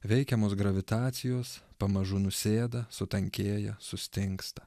veikiamos gravitacijos pamažu nusėda sutankėja sustingsta